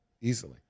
Easily